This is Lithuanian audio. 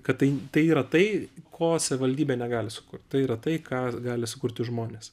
kad tai tai yra tai ko savivaldybė negali sukurt tai yra tai ką gali sukurti žmonės